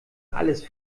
alles